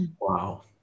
Wow